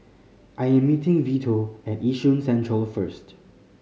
I am meeting Vito at Yishun Central first